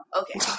okay